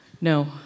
No